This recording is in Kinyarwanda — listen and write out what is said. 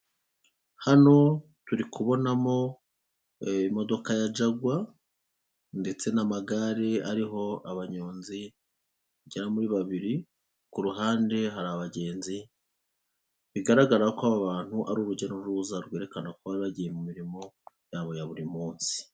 Hano turi kubonamo imodoka ya jahwa ndetse n'amagare ariho abanyonzi bagera muri babiri kuruhande hari abagenzi bigaragara ko abo bantu ari urujya n'uruza rwerekana ko bari bagiye mu mirimo yabo ya buri munsi.